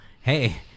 hey